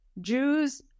Jews